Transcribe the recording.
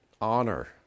Honor